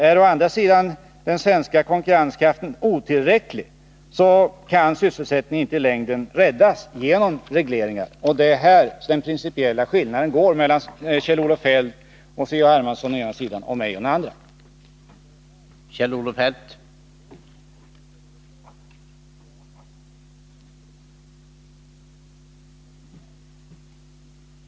Är å andra sidan den svenska konkurrenskraften otillräcklig så kan sysselsättningen i längden inte räddas genom regleringar. Det är här den principiella skillnaden går mellan Kjell-Olof Feldt och Carl-Henrik Hermansson å ena sidan och mig å andra sidan.